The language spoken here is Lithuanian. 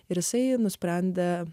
ir jisai nusprendė